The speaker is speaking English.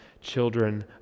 children